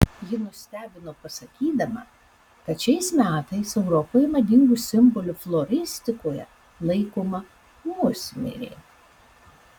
ji nustebino pasakydama kad šiais metais europoje madingu simboliu floristikoje laikoma musmirė